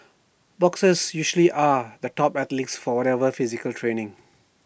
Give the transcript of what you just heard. boxers usually are the top athletes for whatever physical training